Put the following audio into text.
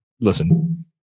listen